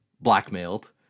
blackmailed